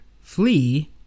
flee